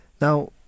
Now